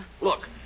Look